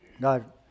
God